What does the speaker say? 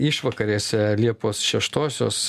išvakarėse liepos šeštosios